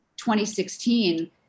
2016